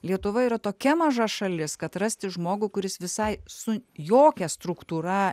lietuva yra tokia maža šalis kad rasti žmogų kuris visai su jokia struktūra